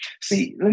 See